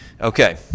Okay